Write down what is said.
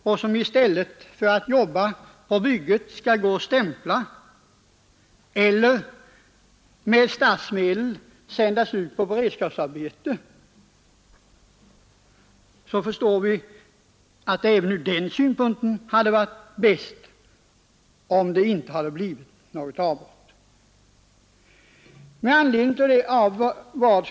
I stället för att arbeta på bygget får de gå och stämpla eller också sänds de ut på beredskapsarbete som bekostas av statsmedel. Även ur den synpunkten hade det varit bäst om det inte hade blivit något avbrott i byggverksamheten.